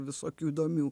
visokių įdomių